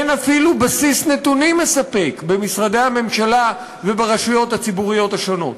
אין אפילו בסיס נתונים מספק במשרדי הממשלה וברשויות הציבוריות השונות.